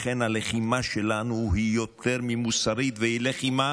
לכן הלחימה שלנו היא יותר ממוסרית, והיא לחימה